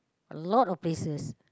a lot of places